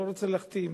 אני לא רוצה להכתים.